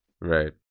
Right